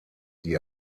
die